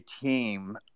team